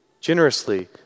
generously